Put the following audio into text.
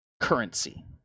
currency